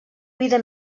vida